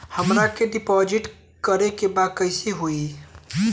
हमरा के डिपाजिट करे के बा कईसे होई?